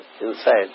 inside